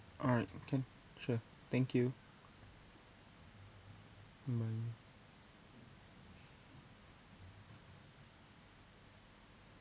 alright can sure thank you bye